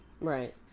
right